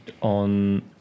on